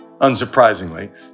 Unsurprisingly